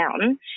down